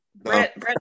Brett